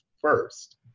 first